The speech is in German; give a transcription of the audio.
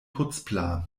putzplan